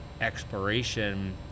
exploration